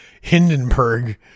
Hindenburg